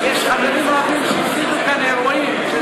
יש חברים רבים שהפסידו כאן אירועים.